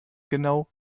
genau